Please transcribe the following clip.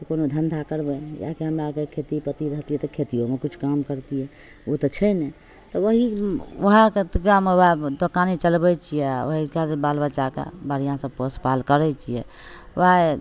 जे कोनो धन्धा करबै किएकि हमरा आओरके धन्धा खेती पथी रहतिए तऽ खेतिओमे किछु काम करतिए ओ तऽ छै नहि तऽ वएह वएह कतकामे वएह दोकाने चलबै छिए आओर वएह कैके बाल बच्चाके बढ़िआँसे पोस पाल करै छिए वएह